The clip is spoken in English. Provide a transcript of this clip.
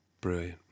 Brilliant